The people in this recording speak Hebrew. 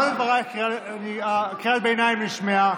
בסדר, אמרת את דברייך, קריאת הביניים נשמעה.